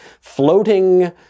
floating